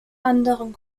anderen